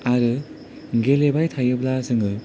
आरो गेलेबाय थायोब्ला जोङो